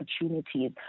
opportunities